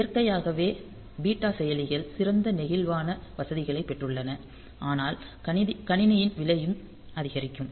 இயற்கையாகவே பீட்டா செயலிகள் சிறந்த நெகிழ்வான வசதிகளைப் பெற்றுள்ளன ஆனால் கணினியின் விலையும் அதிகரிக்கும்